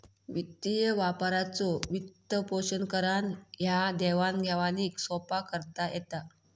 वित्तीय व्यापाराचो वित्तपोषण करान ह्या देवाण घेवाणीक सोप्पा करता येता